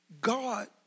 God